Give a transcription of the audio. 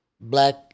black